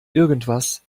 irgendwas